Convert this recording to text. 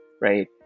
Right